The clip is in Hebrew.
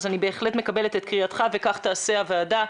אני בהחלט מקבלת את קריאתך וכך תעשה הועדה.